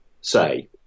say